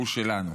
הוא שלנו.